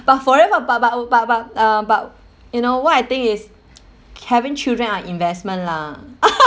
but forever but but but but uh but you know what I think is having children are investment lah